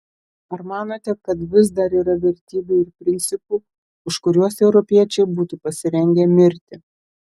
ar manote kad vis dar yra vertybių ir principų už kuriuos europiečiai būtų pasirengę mirti